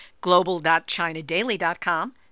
Global.ChinaDaily.com